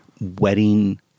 wedding